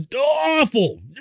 awful